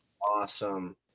awesome